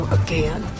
again